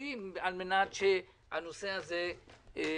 פיצויים על מנת שהנושא הזה ישתווה.